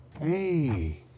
Hey